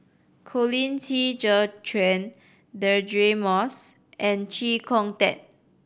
Colin Qi Zhe Quan Deirdre Moss and Chee Kong Tet